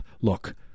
Look